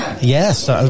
Yes